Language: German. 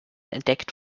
entdeckt